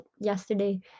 yesterday